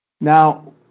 Now